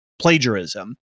plagiarism